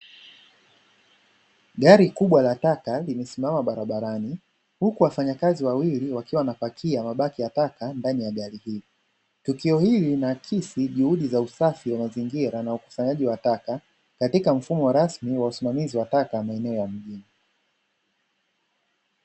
Gari kubwa la taka limesimama barabarani, huku wafanyakazi wawili wakiwa wanapakia mabaki ya taka ndani ya gari hili, tukio hili linaakisi juhudi za usafi wa mazingira na ukusanyaji wa taka, katika mfumo rasmi wa usimamizi wa taka maeneo ya mjini.